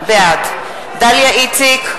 בעד דליה איציק,